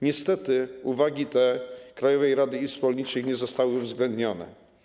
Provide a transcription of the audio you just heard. Niestety uwagi Krajowej Rady Izb Rolniczych nie zostały uwzględnione.